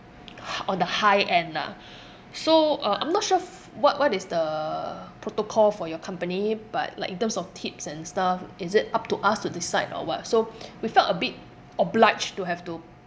hi~ on the high end lah so uh I'm not sure f~ what what is the protocol for your company but like in terms of tips and stuff is it up to us to decide or what so we felt a bit obliged to have to